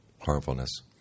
harmfulness